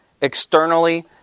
externally